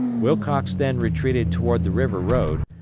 wilcox then retreated toward the river road,